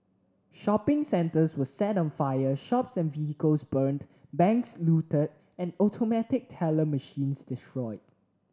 shopping centres were set on fire shops and vehicles burnt banks looted and automatic teller machines destroyed